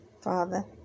Father